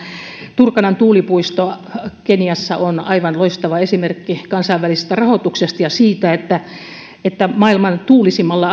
turkanan tuulipuisto keniassa on aivan loistava esimerkki kansainvälisestä rahoituksesta ja siitä että paitsi että maailman tuulisimmalla